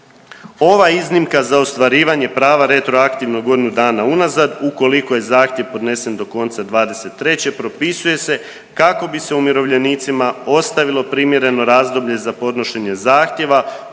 Ova iznimka za ostvarivanje prava retroaktivno godinu dana unazad ukoliko je zahtjev podnesen do konca '23. propisuje se kako bi se umirovljenicima ostavilo primjereno razdoblje za podnošenje zahtjeva